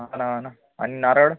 हा ना हा ना आणि नारळ